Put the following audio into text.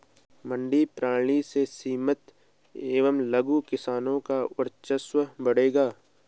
मंडी प्रणाली से सीमांत एवं लघु किसानों का वर्चस्व बढ़ेगा